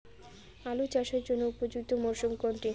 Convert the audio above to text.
আলু চাষের জন্য উপযুক্ত মরশুম কোনটি?